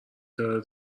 داره